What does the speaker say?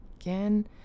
again